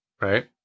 right